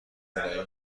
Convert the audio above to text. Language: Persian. ارائه